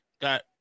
got